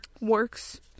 works